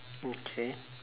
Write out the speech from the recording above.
okay